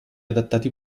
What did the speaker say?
adattati